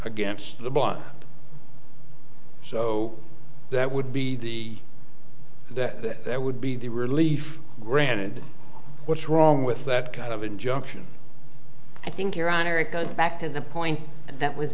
against the bot so that would be that that would be the relief granted what's wrong with that kind of injunction i think your honor it goes back to the point that was